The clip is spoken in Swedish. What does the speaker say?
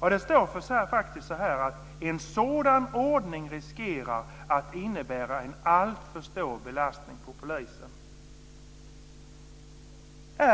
Ja, det står faktiskt: "- en sådan ordning riskerar att innebära en alltför stor belastning på polisens resurser."